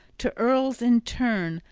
to earls in turn,